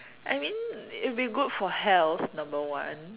I mean it'll be good for health number one